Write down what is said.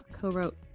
co-wrote